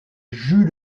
jus